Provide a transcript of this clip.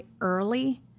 early